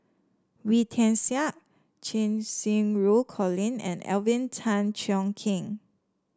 Wee Tian Siak Cheng Xinru Colin and Alvin Tan Cheong Kheng